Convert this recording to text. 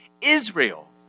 Israel